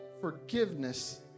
forgiveness